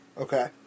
Okay